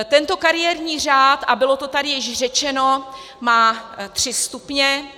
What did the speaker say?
Tento kariérní řád, a bylo to tady již řečeno, má tři stupně.